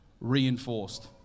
Reinforced